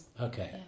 Okay